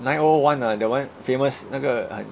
nine O one lah that one famous 那个很